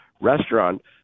restaurant